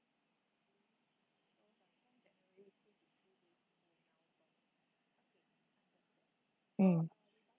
mm